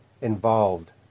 involved